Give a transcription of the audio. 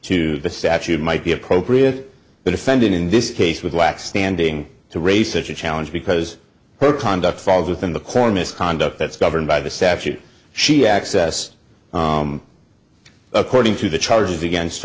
to the statute might be appropriate the defendant in this case with lack standing to raise such a challenge because her conduct falls within the core misconduct that's governed by the statute she access according to the charges against